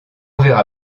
verra